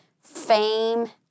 fame